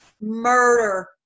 Murder